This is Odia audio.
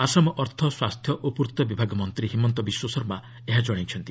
ଆସାମ ଅର୍ଥ ସ୍ୱାସ୍ଥ୍ୟ ଓ ପୂର୍ଭବିଭାଗ ମନ୍ତ୍ରୀ ହିମନ୍ତ ବିଶ୍ୱଶର୍ମା ଏହା ଜଣାଇଛନ୍ତି